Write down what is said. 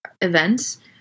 events